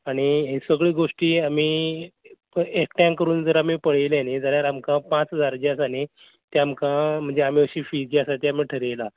आनी सगल्यो गोश्टी आमी एकठांय करून आमी जर पळयलें न्ही जाल्यार आमकां पांच हजार जे आसा न्ही तें आमकां म्हणजे आमी अशीं फी जी आसा तें आमी ठरयलां